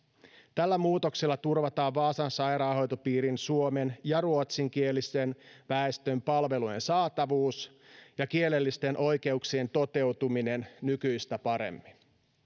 tällä muutoksella turvataan vaasan sairaanhoitopiirin suomen ja ruotsinkielisen väestön palvelujen saatavuus ja kielellisten oikeuksien toteutuminen nykyistä paremmin